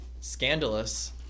Scandalous